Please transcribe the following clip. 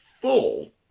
full